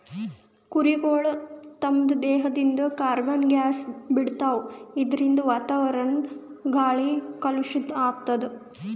ಕುರಿಗಳ್ ತಮ್ಮ್ ದೇಹದಿಂದ್ ಕಾರ್ಬನ್ ಗ್ಯಾಸ್ ಬಿಡ್ತಾವ್ ಇದರಿಂದ ವಾತಾವರಣದ್ ಗಾಳಿ ಕಲುಷಿತ್ ಆಗ್ತದ್